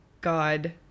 God